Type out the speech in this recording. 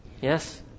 Yes